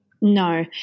No